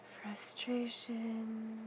Frustration